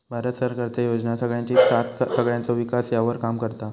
भारत सरकारचे योजना सगळ्यांची साथ सगळ्यांचो विकास ह्यावर काम करता